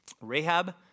Rahab